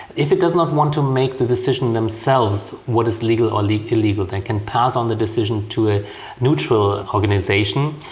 if it does not want to make the decision themselves what is legal or illegal, they can pass on the decision to a neutral organisation.